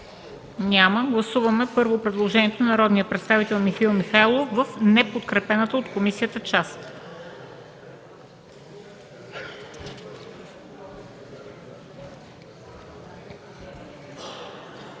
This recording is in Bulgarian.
Няма. Гласуваме първо предложението на народния представител Михаил Михайлов в неподкрепената от комисията част.